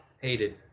hated